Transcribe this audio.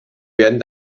werden